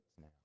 now